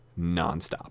nonstop